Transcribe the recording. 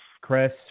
Chris